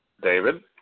David